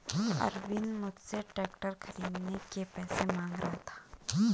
अरविंद मुझसे ट्रैक्टर खरीदने के पैसे मांग रहा था